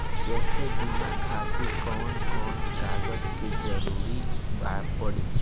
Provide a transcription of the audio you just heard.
स्वास्थ्य बीमा खातिर कवन कवन कागज के जरुरत पड़ी?